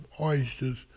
oysters